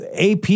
AP